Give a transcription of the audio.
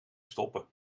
stoppen